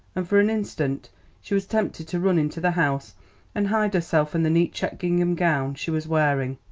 and for an instant she was tempted to run into the house and hide herself and the neat checked gingham gown she was wearing.